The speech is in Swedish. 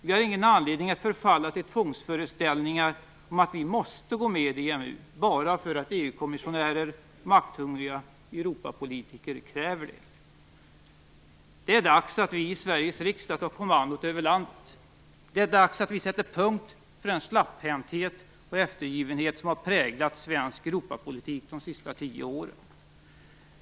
Vi har ingen anledning att förfalla till tvångsföreställningar om att vi måste gå med i EMU bara för att EU kommissionärer och makthungriga Europapolitiker kräver det. Det är dags att vi i Sveriges riksdag tar kommandot över landet. Det är dags att vi sätter punkt för den släpphänthet och eftergivenhet som har präglat svensk Europapolitik de senaste tio åren.